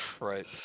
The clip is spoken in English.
Right